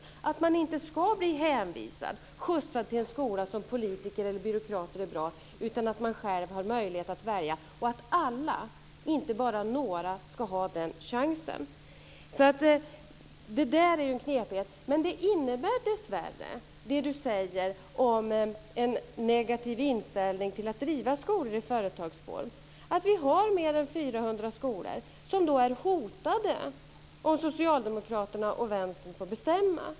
Man ska inte bli hänvisad till en skola som politiker eller byråkrater tycker är bra, utan man ska själv ha möjlighet att välja. Och alla, inte bara några, ska ha den chansen. Det är ju en knepighet, men skolministern talar om en negativ inställning till att driva skolor i företagsform. Det innebär dessvärre att vi har mer än 400 skolor som är hotade om Socialdemokraterna och Vänstern får bestämma.